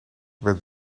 werd